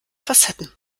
facetten